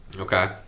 Okay